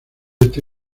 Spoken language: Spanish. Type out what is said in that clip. esta